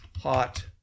hot